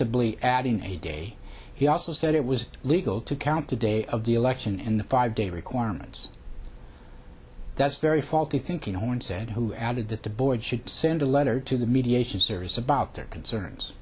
billy adding a day he also said it was legal to count the day of the election and the five day requirements that's very faulty thinking one said who added that the board should send a letter to the mediation service about their concerns